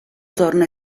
torna